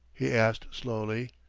he asked slowly.